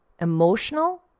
Emotional